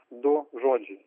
du žodžiai